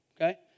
okay